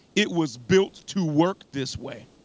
it was built to work this way.